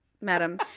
madam